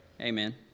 amen